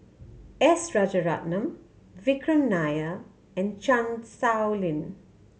S Rajaratnam Vikram Nair and Chan Sow Lin